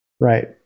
right